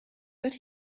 but